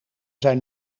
zijn